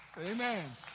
Amen